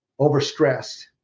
overstressed